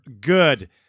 good